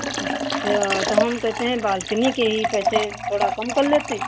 अच्छा तो हम कहते हैं बालकनी के ही पैसे थोड़ा कम कर लेते